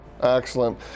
Excellent